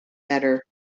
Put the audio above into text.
better